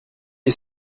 est